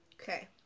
Okay